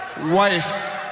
wife